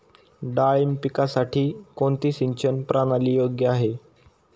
डाळिंब पिकासाठी कोणती सिंचन प्रणाली योग्य आहे?